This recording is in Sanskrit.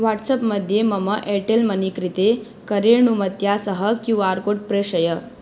वाट्साप् मध्ये मम एर्टेल् मनी कृते करेनुमत्या सह क्यू आर् कोड् प्रेषय